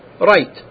right